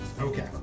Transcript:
Okay